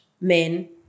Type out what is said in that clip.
men